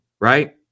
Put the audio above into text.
right